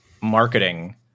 marketing